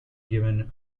given